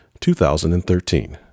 2013